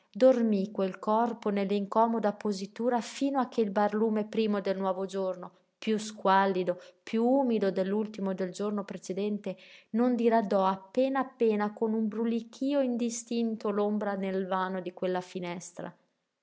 dormí quel corpo nell'incomoda positura fino a che il barlume primo del nuovo giorno piú squallido piú umido dell'ultimo del giorno precedente non diradò appena appena con un brulichío indistinto l'ombra nel vano di quella finestra